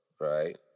Right